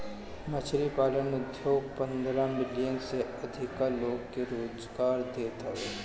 मछरी पालन उद्योग पन्द्रह मिलियन से अधिका लोग के रोजगार देत हवे